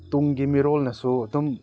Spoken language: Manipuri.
ꯇꯨꯡꯒꯤ ꯃꯤꯔꯣꯜꯅꯁꯨ ꯑꯗꯨꯝ